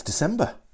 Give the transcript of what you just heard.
December